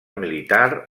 militar